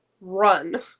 run